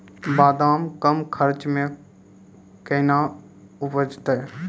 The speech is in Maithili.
बादाम कम खर्च मे कैना उपजते?